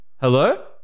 Hello